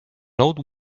old